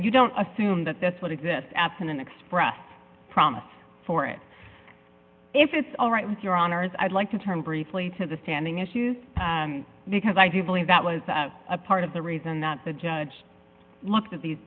you don't assume that that's what exists absent an express promise for it if it's alright with your honor's i'd like to turn briefly to the standing issue because i do believe that was a part of the reason that the judge looked at these